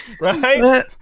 Right